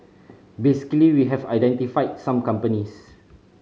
basically we have identified some companies